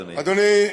אדוני.